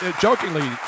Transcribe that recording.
jokingly